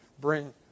bring